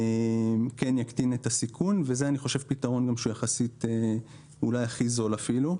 כן יקטין את הסיכון ואני חושב שזה פתרון שיחסית הוא אולי אפילו הכי זול.